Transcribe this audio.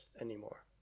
anymore